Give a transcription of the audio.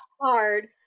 hard